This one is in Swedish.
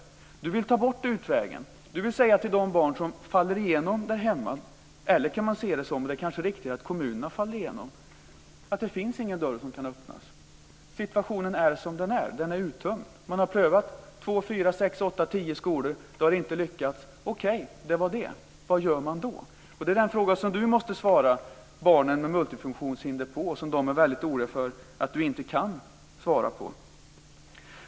Torgny Danielsson vill ta bort utvägen. Han vill säga till de barn som faller igenom därhemma - eller man kan se det så, och det kanske är riktigare, att kommunerna faller igenom - att det inte finns någon dörr som kan öppnas. Situationen är som den är. Möjligheterna är uttömda. Man har prövat två, fyra, sex, åtta eller tio skolor, men det har inte lyckats. Okej, det var det. Vad gör man då? Det är den fråga som Torgny Danielsson måste svara barnen med multifunktionshinder på, och som de är väldigt oroliga för att han inte kan svara på.